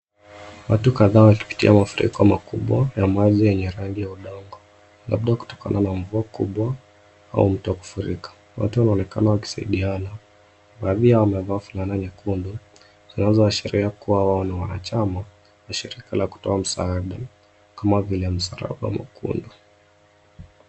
Watu kadhaa wakipitia mafuriko makubwa ya maji yenye rangi ya udongo, labda kutokana na mvua makubwa au mto kufurika. Watu wanaonekana wakisaidiana, baadhi yao wamevaa fulana nyekundu zinazoashiria kuwa wao ni wanachama au shirika la kutoa msaada kama vile msalaba mwekundu.